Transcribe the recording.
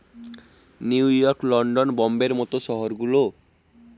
new York, London, বোম্বের মত শহর গুলো